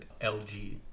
LG